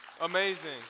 Amazing